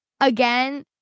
Again